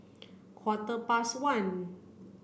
quarter past one